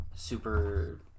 super